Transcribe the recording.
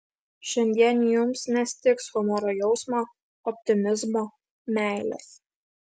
šiandien jums nestigs humoro jausmo optimizmo meilės